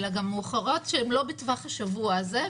אלא גם מאוחרות שהן לא בטווח השבוע הזה,